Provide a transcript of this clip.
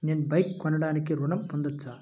నేను బైక్ కొనటానికి ఋణం పొందవచ్చా?